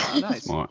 Nice